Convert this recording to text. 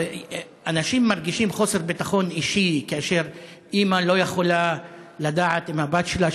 אנשים מרגישים חוסר ביטחון אישי כאשר אימא לא יכולה לדעת אם הבת שלה,